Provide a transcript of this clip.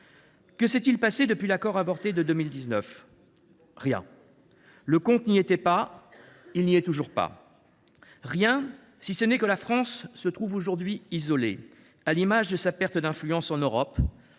Que s’est il passé depuis l’accord avorté de 2019 ? Rien ! Le compte n’y était pas ; il ne l’est toujours pas. Rien, sinon que la France se trouve aujourd’hui isolée, comme en atteste sa perte d’influence en Europe.